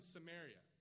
Samaria